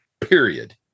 Period